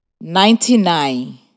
Ninety-nine